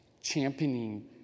championing